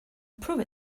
prove